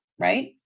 right